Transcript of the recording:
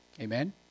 Amen